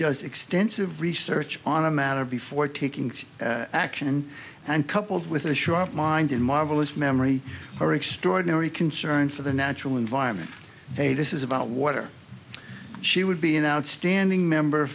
does extensive research on a matter before taking action and coupled with a sharp mind in marvelous memory or extraordinary concern for the natural environment this is about water she would be an outstanding member